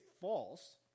false